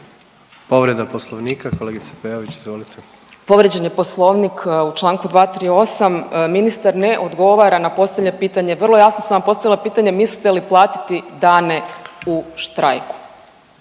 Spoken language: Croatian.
Povreda Poslovnika, kolegice Peović, izvolite. **Peović, Katarina (RF)** Povrijeđen je Poslovnik u čl. 238. Ministar ne odgovara na postavljeno pitanje, vrlo jasno sam vam postavila pitanje mislite li platiti dane u štrajku.